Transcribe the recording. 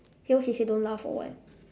eh what she say don't laugh or what